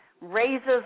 raises